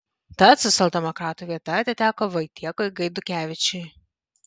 tad socialdemokratų vieta atiteko vaitiekui gaidukevičiui